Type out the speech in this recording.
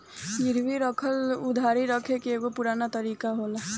गिरवी राखल उधारी रखे के एगो पुरान तरीका होला